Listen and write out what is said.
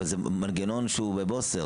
אבל זה מנגנון שהוא בוסר.